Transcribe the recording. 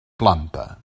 planta